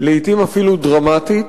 לעתים אפילו דרמטית,